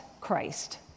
Christ